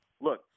look